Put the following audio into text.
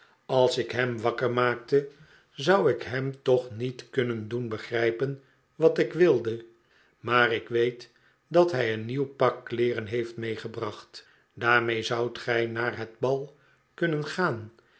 als ik hem wakker maakte zou ik hem toch niet kunnen doen begrijpen wat ik wilde maar ik weet dat hij een nieuw pak kleeren heeft meegebracht daarmee zoudt gij naar het b al kunnen gaan